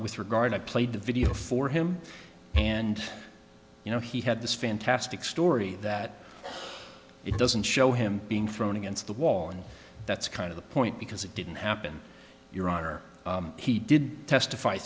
with regard i played the video for him and you know he had this fantastic story that it doesn't show him being thrown against the wall and that's kind of the point because it didn't happen your honor he did testify